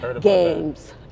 games